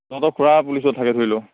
তহঁতৰ খুৰা পুলিচত থাকে ধৰি ল